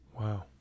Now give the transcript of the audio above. wow